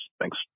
Thanks